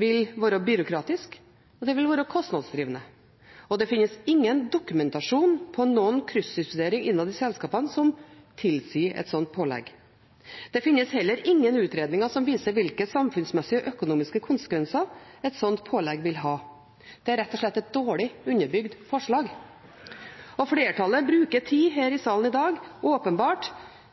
vil være byråkratisk, og det vil være kostnadsdrivende, og det finnes ingen dokumentasjon på kryssubsidiering innad i selskapene som tilsier et slikt pålegg. Det finnes heller ingen utredninger som viser hvilke samfunnsmessige og økonomiske konsekvenser et slikt pålegg vil ha. Det er rett og slett et dårlig underbygd forslag. Flertallet bruker tid her i salen i dag – åpenbart